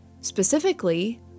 specifically